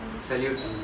Salute